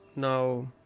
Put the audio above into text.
now